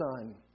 Son